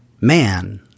man